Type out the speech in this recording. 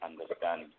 understand